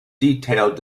detailed